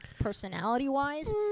personality-wise